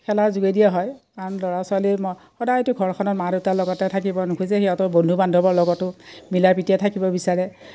খেলাৰ যোগেদিয়ে হয় কাৰণ ল'ৰা ছোৱালীৰ ম সদায়তো ঘৰখনৰ মা দেউতাৰ লগতে থাকিব নুখোজে সিহঁতৰ বন্ধু বান্ধৱৰ লগতো মিলা প্ৰীতিৰে থাকিব বিচাৰে